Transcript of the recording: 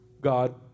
God